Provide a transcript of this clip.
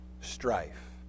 strife